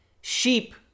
sheep